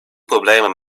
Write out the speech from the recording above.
problemen